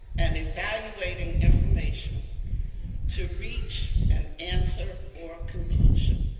and evaluating information to reach an answer or conclusion.